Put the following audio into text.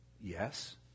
Yes